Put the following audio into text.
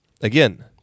Again